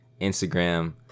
Instagram